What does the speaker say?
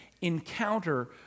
encounter